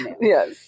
Yes